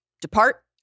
depart